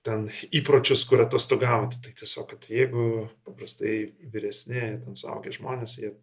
ten įpročius kur atostogauti tai tiesiog kad jeigu paprastai vyresni suaugę žmonės jie